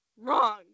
wrong